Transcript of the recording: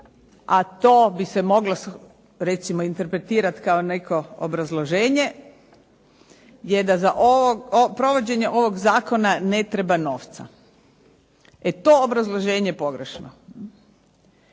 a to bi se moglo recimo interpretirati kao neko obrazloženje je da za provođenje ovog zakona ne treba novca. E to obrazloženje je pogrešno,